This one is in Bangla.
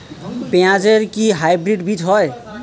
পেঁয়াজ এর কি হাইব্রিড বীজ হয়?